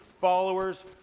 followers